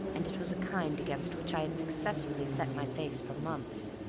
and it was a kind against which i had successfully set my face for months.